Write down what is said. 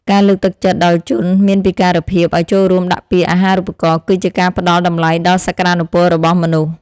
ការលើកទឹកចិត្តដល់ជនមានពិការភាពឱ្យចូលរួមដាក់ពាក្យអាហារូបករណ៍គឺជាការផ្តល់តម្លៃដល់សក្តានុពលរបស់មនុស្ស។